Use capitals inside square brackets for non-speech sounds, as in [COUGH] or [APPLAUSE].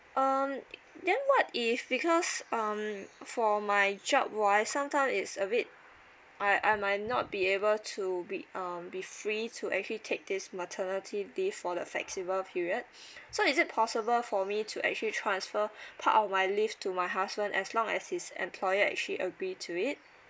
um then what if because um for my job wise sometime it's a bit I I might not be able to be um be free to actually take this maternity leave for the flexible period [BREATH] so is it possible for me to actually transfer part of my leave to my husband as long as his employer actually agree to it